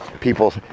people